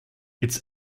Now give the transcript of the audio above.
it’s